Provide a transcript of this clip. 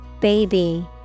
Baby